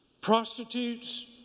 Prostitutes